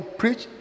preach